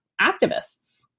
activists